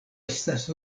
estas